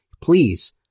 please